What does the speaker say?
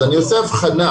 אז אני עושה הבחנה,